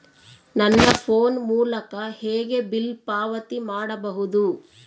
ನನ್ನ ಫೋನ್ ಮೂಲಕ ಹೇಗೆ ಬಿಲ್ ಪಾವತಿ ಮಾಡಬಹುದು?